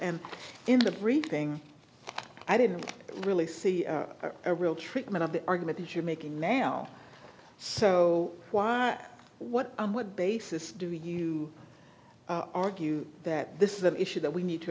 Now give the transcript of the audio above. and in the briefing i didn't really see a real treatment of the argument that you're making now so why what on what basis do you argue that this is an issue that we need to